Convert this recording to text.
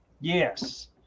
Yes